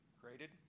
created